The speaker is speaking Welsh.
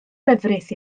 lefrith